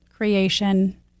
creation